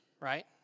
right